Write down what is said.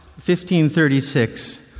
1536